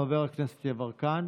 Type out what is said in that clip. חבר הכנסת יברקן.